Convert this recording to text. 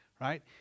right